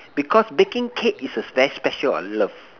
because baking cake is a very special of love